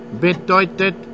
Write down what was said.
bedeutet